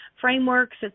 frameworks